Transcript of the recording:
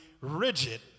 rigid